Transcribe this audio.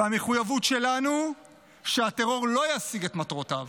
המחויבות שלנו היא שהטרור לא ישיג את מטרותיו.